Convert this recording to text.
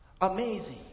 Amazing